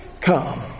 come